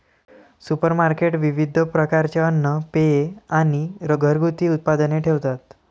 supermarket विविध प्रकारचे अन्न, पेये आणि घरगुती उत्पादने ठेवतात